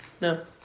No